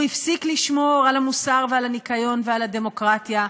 והוא הפסיק לשמור על המוסר ועל הניקיון ועל הדמוקרטיה.